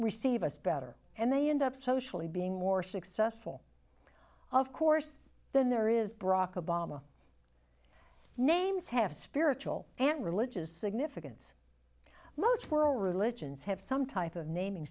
receive us better and they end up socially being more successful of course then there is brock obama names have spiritual and religious significance most for all religions have some type of naming